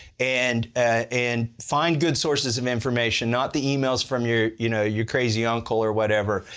and and find good sources of information, not the emails from your, you know, your crazy uncle or whatever,